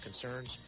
concerns